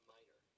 Minor